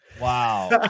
Wow